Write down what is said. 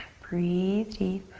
breathe deep.